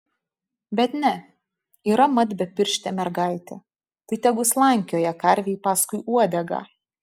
bet ne yra mat bepirštė mergaitė tai tegu slankioja karvei paskui uodegą